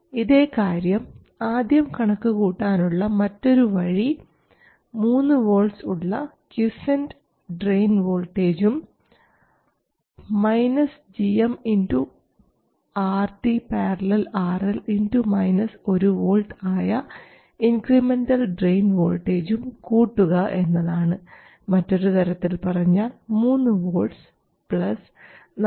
ഇതേകാര്യം ആദ്യം കണക്കു കൂട്ടാനുള്ള മറ്റൊരു വഴി 3 വോൾട്ട്സ് ഉള്ള ക്വിസൻറ് ഡ്രയിൻ വോൾട്ടേജും gm RD ║ RL 1 V ആയ ഇൻക്രിമെൻറൽ ഡ്രയിൻ വോൾട്ടേജും കൂട്ടുക എന്നതാണ് മറ്റൊരു തരത്തിൽ പറഞ്ഞാൽ 3 വോൾട്ട്സ് 4